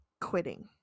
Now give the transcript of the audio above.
quitting